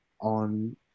on